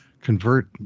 convert